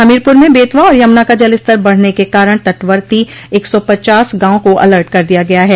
हमीरपुर में बेतवा और यमुना का जलस्तर बढने के कारण तटवर्ती एक सौ पचास गांव को अलर्ट कर दिया गया है